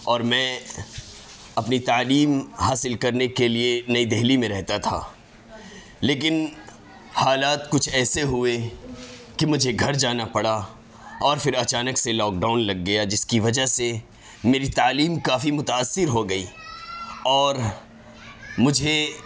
اور میں اپنی تعلیم حاصل کرنے کے لیے نئی دہلی میں رہتا تھا لیکن حالات کچھ ایسے ہوئے کہ مجھے گھر جانا پڑا اور پھر اچانک سے لاک ڈاؤن لگ گیا جس کی وجہ سے میری تعلیم کافی متاثر ہو گئی اور مجھے